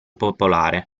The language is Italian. popolare